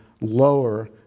lower